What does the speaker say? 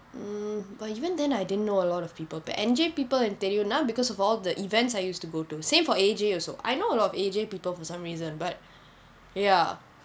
mm but even then I didn't know a lot of people but N_J people and tell you now because of all the events I used to go to sane for A_J also I know a lot of A_J people for some reason but ya